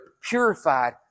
purified